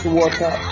water